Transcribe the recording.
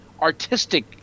artistic